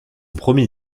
premier